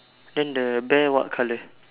then the bear what colour